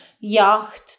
yacht